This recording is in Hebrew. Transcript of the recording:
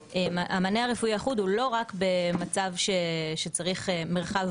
המענה הרפואי האחוד הוא לא רק במצב שבהכרח צריך מרחב